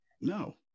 No